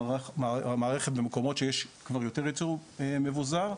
המערכת במקומות שיש כבר יותר ייצור מבוזר.